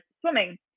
swimming